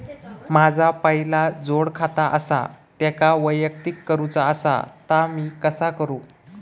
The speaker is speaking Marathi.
माझा पहिला जोडखाता आसा त्याका वैयक्तिक करूचा असा ता मी कसा करू?